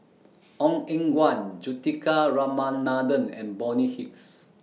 Ong Eng Guan Juthika Ramanathan and Bonny Hicks